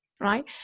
right